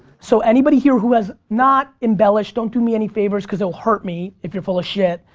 so anybody here who has, not embellish, don't do me any favors cause it will hurt me if you're full of shit,